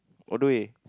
all the way